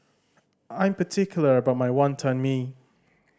I'm particular about my Wonton Mee